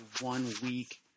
one-week